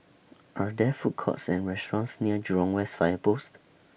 Are There Food Courts Or restaurants near Jurong West Fire Post